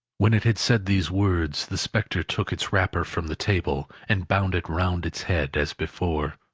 when it had said these words, the spectre took its wrapper from the table, and bound it round its head, as before.